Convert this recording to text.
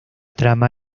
trama